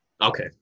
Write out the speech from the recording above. Okay